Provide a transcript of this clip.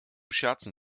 scherzen